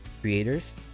creators